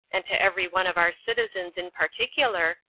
and to every one of our citizens in particular,